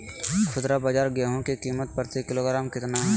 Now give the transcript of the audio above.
खुदरा बाजार गेंहू की कीमत प्रति किलोग्राम कितना है?